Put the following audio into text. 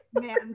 man